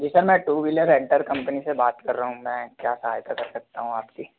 जी sir मैं two wheeler renter company से बात कर रहा हूँ मैं क्या सहायता कर सकता हूँ आपकी